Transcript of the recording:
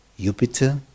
Jupiter